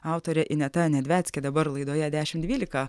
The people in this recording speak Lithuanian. autorė ineta nedveckė dabar laidoje dešim dvylika